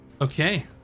Okay